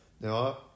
Now